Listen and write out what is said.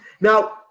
Now